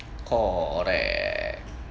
correct